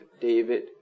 David